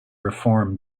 reform